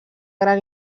gran